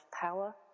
power